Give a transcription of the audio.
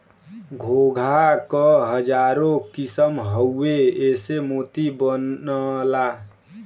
घोंघा क हजारो किसम हउवे एसे मोती बनला